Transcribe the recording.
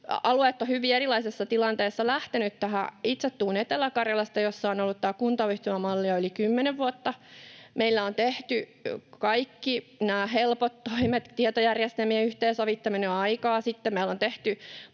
Alueet ovat hyvin erilaisessa tilanteessa lähteneet tähän. Itse tulen Etelä-Karjalasta, jossa on ollut tämä kuntayhtymämalli jo yli kymmenen vuotta. Meillä on tehty kaikki nämä helpot toimet, kuten tietojärjestelmien yhteen sovittaminen, jo aikaa